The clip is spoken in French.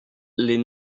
les